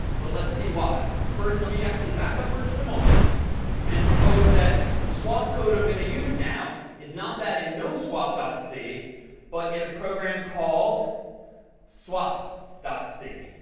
but let's see why. first, let me actually back up for just a moment and propose that the swap code i'm going to use now is not that in no swap dot c but in a program called swap dot c.